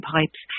Pipes